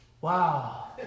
wow